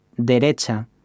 derecha